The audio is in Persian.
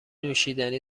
نوشیدنی